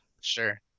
Sure